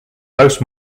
most